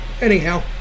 anyhow